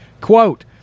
Quote